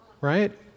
right